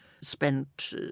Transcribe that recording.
spent